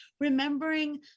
remembering